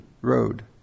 road